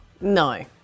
No